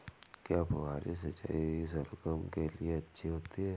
क्या फुहारी सिंचाई शलगम के लिए अच्छी होती है?